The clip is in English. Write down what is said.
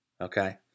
okay